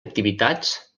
activitats